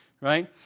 right